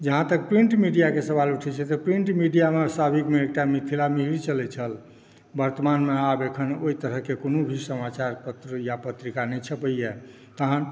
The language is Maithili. जहाँ तक प्रिंट मीडियाक सवाल उठै छै तऽ प्रिंट मीडियामे एकटा मिथिला मिहिर चलै छल वर्तमानमे आब अखन ओहि तरहक कोनो भी समाचारपत्र या पत्रिका नहि छपै यऽ तहन